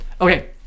Okay